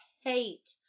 hate